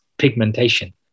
pigmentation